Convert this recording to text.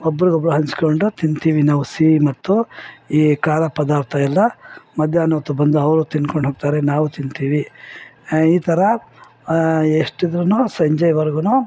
ಒಬ್ರಿಗೊಬ್ರು ಹಂಚಿಕೊಂಡು ತಿಂತೀವಿ ನಾವು ಸಿಹಿ ಮತ್ತು ಈ ಖಾರ ಪದಾರ್ಥ ಎಲ್ಲ ಮಧ್ಯಾಹ್ನೊತ್ತು ಬಂದು ಅವರು ತಿನ್ಕೊಂಡು ಹೋಗ್ತಾರೆ ನಾವು ತಿಂತೀವಿ ಈ ಥರ ಎಷ್ಟಿದ್ರು ಸಂಜೆವರ್ಗು